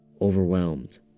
Overwhelmed